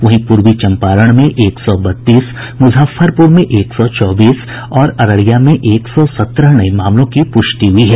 वहीं पूर्वी चंपारण में एक सौ बत्तीस मुजफ्फरपुर में एक सौ चौबीस और अररिया में एक सौ सत्रह नये मामलों की पुष्टि हुई है